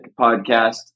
Podcast